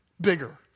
bigger